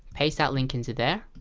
paste that link into there